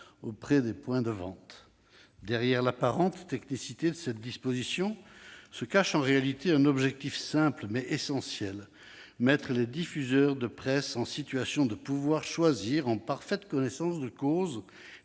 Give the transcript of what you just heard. auprès des points de vente. Derrière l'apparente technicité de cette disposition, se cache en réalité un objectif simple, mais essentiel : mettre les diffuseurs de presse en situation de pouvoir choisir, en parfaite connaissance de cause,